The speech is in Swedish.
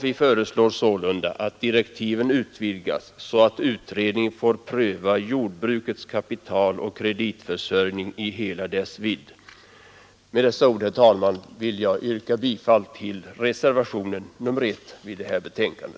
Vi föreslår sålunda att direktiven utvidgas så att utredningen får pröva jordbrukets kapitaloch kreditförsörjning i hela dess vidd. Med dessa ord, herr talman, vill jag yrka bifall till reservationen 1 vid detta betänkande.